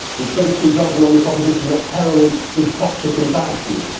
it's based, for example, on the proposition that heroin is toxic and bad for you.